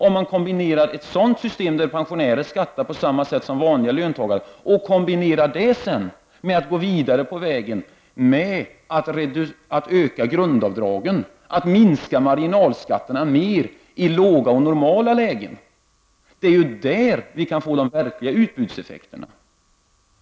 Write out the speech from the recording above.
Om man kunde kombinera ett system där pensionärerna beskattas på samma sätt som vanliga löntagare med en ökning av grundavdragen och en större minskning av marginalskatterna i låga och normala lägen, skulle man få de verkliga utbudseffekterna.